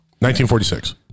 1946